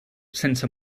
sense